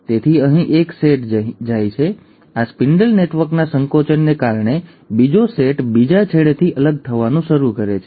તેથી એક સેટ અહીં જાય છે આ સ્પિન્ડલ નેટવર્કના સંકોચનને કારણે બીજો સેટ બીજા છેડેથી અલગ થવાનું શરૂ કરે છે